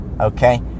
Okay